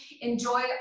enjoy